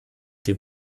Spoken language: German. dem